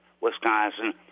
Wisconsin